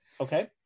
okay